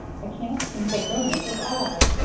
i can't seem to learn it at all!